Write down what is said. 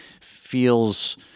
feels